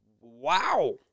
Wow